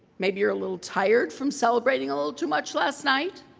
maybe you're a little tired from celebrating a little too much last night.